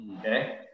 Okay